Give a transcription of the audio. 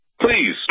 Please